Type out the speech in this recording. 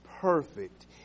perfect